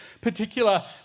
particular